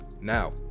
now